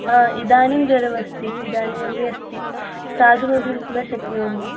इदानीं ज्वरमस्ति इदानीमपि अस्ति स्थातुमपि न शक्नोमि